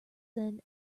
than